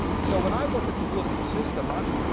so, when i look at the political system i'm,